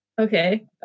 okay